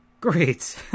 Great